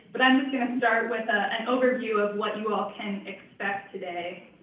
but i'm just going to start with ah an overview of what you all can expect today.